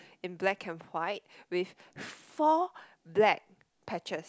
in black and white with four black patches